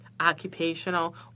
occupational